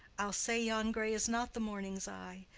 i'll say yon grey is not the morning's eye,